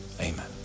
amen